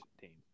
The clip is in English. team